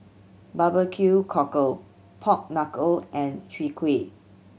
barbecue cockle pork knuckle and Chwee Kueh